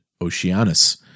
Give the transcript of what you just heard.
Oceanus